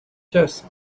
chess